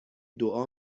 دعا